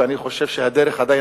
ואני חושב שבמדינת ישראל הדרך עדיין